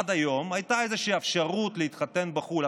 עד היום הייתה איזושהי אפשרות להתחתן בחו"ל,